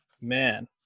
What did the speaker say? Man